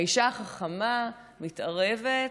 האישה החכמה מתערבת,